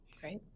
Great